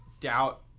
doubt